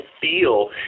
feel